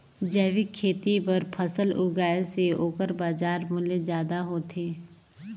जैविक खेती बर फसल उगाए से ओकर बाजार मूल्य ज्यादा होथे